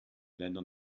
ländern